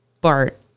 Bart